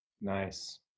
Nice